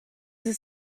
ist